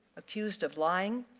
accused of lying,